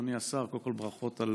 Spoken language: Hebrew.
אדוני השר, קודם כול ברכות על